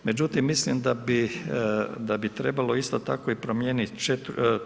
Međutim, mislim da bi trebalo isto tako i promijeniti toč.